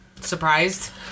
surprised